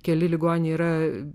keli ligoniai yra